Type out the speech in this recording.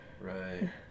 right